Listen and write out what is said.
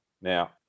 Now